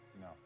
No